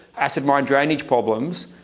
acid mine drainage problems,